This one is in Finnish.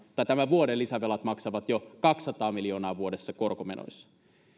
tämän vuoden lisävelat maksavat jo kaksisataa miljoonaa vuodessa korkomenoissa